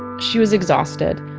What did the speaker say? she was exhausted.